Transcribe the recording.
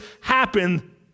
happen